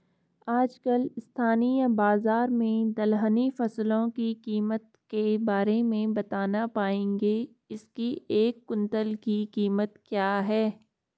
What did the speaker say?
आजकल स्थानीय बाज़ार में दलहनी फसलों की कीमत के बारे में बताना पाएंगे इसकी एक कुन्तल की कीमत क्या है?